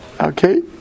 Okay